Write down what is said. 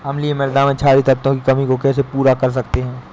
अम्लीय मृदा में क्षारीए तत्वों की कमी को कैसे पूरा कर सकते हैं?